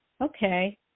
Okay